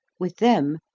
with them,